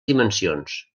dimensions